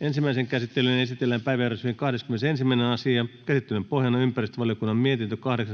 Ensimmäiseen käsittelyyn esitellään päiväjärjestyksen 22. asia. Käsittelyn pohjana on hallintovaliokunnan mietintö HaVM 13/2021